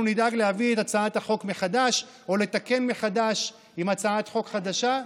אנחנו נדאג להביא את הצעת החוק מחדש או לתקן מחדש עם הצעת חוק חדשה.